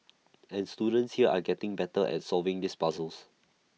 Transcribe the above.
and students here are getting better at solving these puzzles